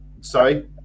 Sorry